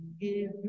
give